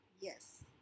Yes